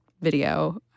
video